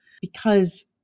Because-